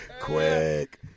Quick